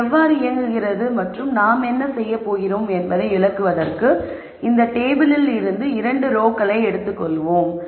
இது எவ்வாறு இயங்குகிறது மற்றும் நாம் என்ன செய்யப் போகிறோம் என்பதை விளக்குவதற்கு இந்த டேபிளில் இருந்து இரண்டு ரோக்களை எடுத்துக் கொள்வோம்